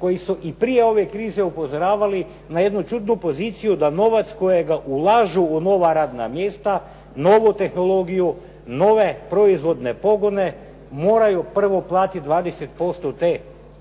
koji su i prije ove krize upozoravali na jednu čudnu poziciju da novac kojega ulažu u nova radna mjesta, novu tehnologiju, nove proizvodne pogone moraju prvo platiti 20% te